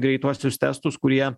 greituosius testus kurie